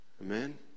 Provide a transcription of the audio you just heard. amen